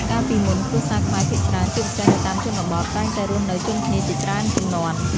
កាលពីមុន គ្រួសារខ្មែរភាគច្រើន ជាពិសេសនៅតាមជនបទ តែងតែរស់នៅជុំគ្នាជាច្រើនជំនាន់។